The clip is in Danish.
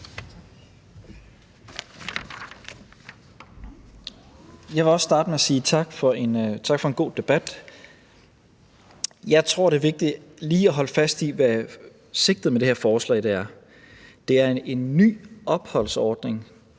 Jeg vil også starte med at sige tak for en god debat. Jeg tror, det er vigtigt lige at holde fast i, hvad sigtet med det her forslag er. Det er en ny opholdsordning,